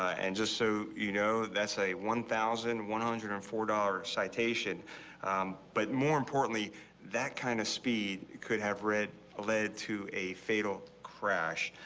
and just so you know that's a one thousand one hundred and four dollars citation but more importantly that kind of speed could have read a lead to a fatal crash.